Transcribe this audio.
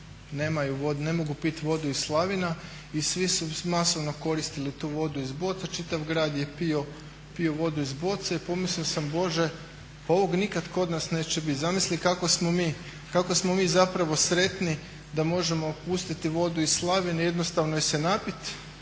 ne mogu pit vodu iz slavina i svi su masovno koristili tu vodu iz boca. Čitav grad je pio vodu iz boce. Pomislio sam bože, pa ovog nikad kod nas neće biti. Zamisli kako smo mi zapravo sretni da možemo pustiti vodu iz slavine jednostavno je se napiti.